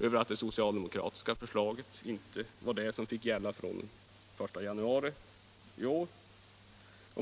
över att det socialdemokratiska förslaget inte var det som fick gälla från den 1 januari i år.